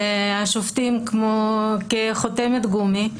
והשופטים כחותמת גומי,